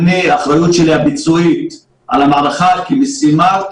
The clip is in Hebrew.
אחריות שלי הביצועית על המערכה כמשימה,